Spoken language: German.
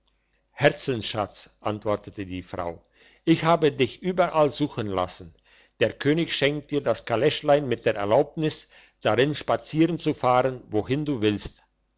herzensschatz antwortete die frau ich habe dich überall suchen lassen der könig schenkt dir das kaleschlein und die erlaubnis darin spazieren zu fahren wohin du willst